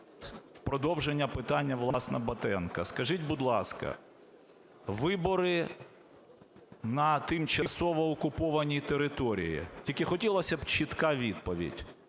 продовження питання, власне, Батенка. Скажіть, будь ласка, вибори на тимчасово окупованій території, тільки хотілася б чітка відповідь,